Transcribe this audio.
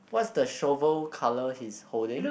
what's the shovel colour he's holding